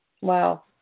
Wow